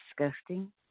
disgusting